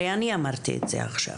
הרי אני אמרתי את זה עכשיו.